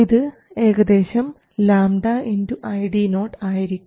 ഇത് ഏകദേശം λ ID0 ആയിരിക്കും